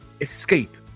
escape